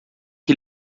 que